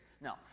No